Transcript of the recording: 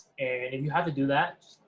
and if you have to do that,